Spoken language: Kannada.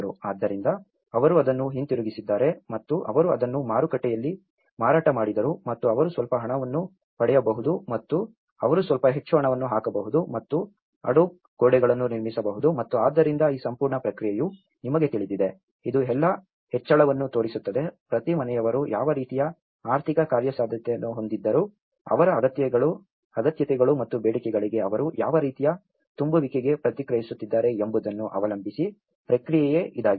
ಆದ್ದರಿಂದ ಅವರು ಅದನ್ನು ಹಿಂತಿರುಗಿಸಿದ್ದಾರೆ ಮತ್ತು ಅವರು ಅದನ್ನು ಮಾರುಕಟ್ಟೆಯಲ್ಲಿ ಮಾರಾಟ ಮಾಡಿದರು ಮತ್ತು ಅವರು ಸ್ವಲ್ಪ ಹಣವನ್ನು ಪಡೆಯಬಹುದು ಮತ್ತು ಅವರು ಸ್ವಲ್ಪ ಹೆಚ್ಚು ಹಣವನ್ನು ಹಾಕಬಹುದು ಮತ್ತು ಅಡೋಬ್ ಗೋಡೆಗಳನ್ನು ನಿರ್ಮಿಸಬಹುದು ಮತ್ತು ಆದ್ದರಿಂದ ಈ ಸಂಪೂರ್ಣ ಪ್ರಕ್ರಿಯೆಯು ನಿಮಗೆ ತಿಳಿದಿದೆ ಇದು ಎಲ್ಲಾ ಹೆಚ್ಚಳವನ್ನು ತೋರಿಸುತ್ತದೆ ಪ್ರತಿ ಮನೆಯವರು ಯಾವ ರೀತಿಯ ಆರ್ಥಿಕ ಕಾರ್ಯಸಾಧ್ಯತೆಯನ್ನು ಹೊಂದಿದ್ದರು ಅವರ ಅಗತ್ಯತೆಗಳು ಮತ್ತು ಬೇಡಿಕೆಗಳಿಗೆ ಅವರು ಯಾವ ರೀತಿಯ ತುಂಬುವಿಕೆಗೆ ಪ್ರತಿಕ್ರಿಯಿಸುತ್ತಿದ್ದಾರೆ ಎಂಬುದನ್ನು ಅವಲಂಬಿಸಿ ಪ್ರಕ್ರಿಯೆ ಇದಾಗಿದೆ